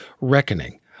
reckoning